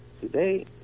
Today